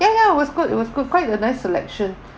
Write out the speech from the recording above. ya ya was good it was good quite a nice selection